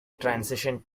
transition